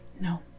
No